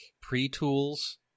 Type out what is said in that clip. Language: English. pre-tools